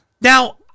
Now-